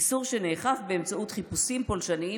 איסור שנאכף באמצעות חיפושים פולשניים